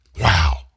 Wow